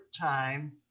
time